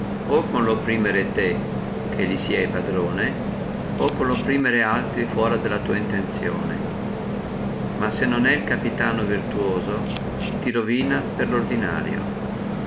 o con lo opprimere te che li se patrone o con opprimere altri fuora della tua intenzione ma se non è il capitano virtuoso ti rovina per lordinario